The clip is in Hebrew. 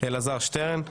אלעזר שטרן.